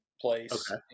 place